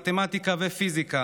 מתמטיקה ופיזיקה,